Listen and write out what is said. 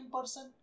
person